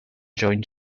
joined